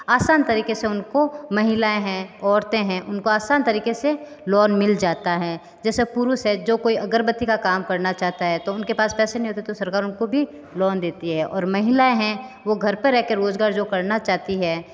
आसान तरीक़े से उनको महिलाएँ हैं औरतें हैं उनको आसान तरीक़े से लोन मिल जाता है जैसे पुरुष है जो कोई अगरबत्ती का काम करना चाहता है तो उन के पास पैसे नहीं होते तो सरकार उनको भी लोन देती है और महिलाएँ हैं वो घर पे रह कर रोज़गार जो करना चाहती है